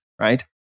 right